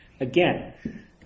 Again